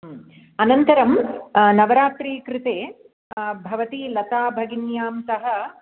अनन्तरं नवरात्रीकृते भवती लता भगिन्यां सह